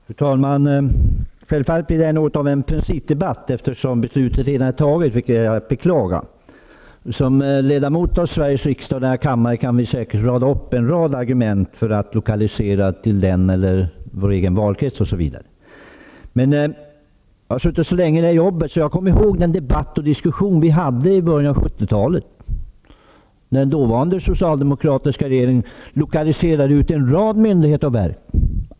Fru talman! Självfallet är detta något av en principdebatt, eftersom beslutet redan är fattat, vilket är att beklaga. Som ledamöter av Sveriges riksdag kan vi säkert räkna upp en rad argument för att lokaliseringen bör ske till den eller den orten, till vår egen valkrets osv. Jag har varit ledamot så länge att jag kommer ihåg den debatt som fördes i början av 70-talet, när den dåvarande socialdemokratiska regeringen utlokaliserade en mängd myndigheter och verk.